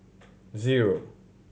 zero